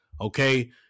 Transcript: Okay